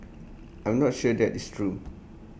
I'm not sure that is true